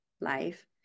life